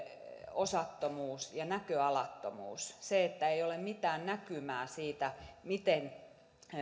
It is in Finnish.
osattomuus ja näköalattomuus se että ei ole mitään näkymää siitä miten